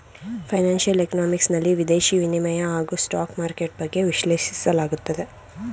financial economics ನಲ್ಲಿ ವಿದೇಶಿ ವಿನಿಮಯ ಹಾಗೂ ಸ್ಟಾಕ್ ಮಾರ್ಕೆಟ್ ಬಗ್ಗೆ ವಿಶ್ಲೇಷಿಸಲಾಗುತ್ತದೆ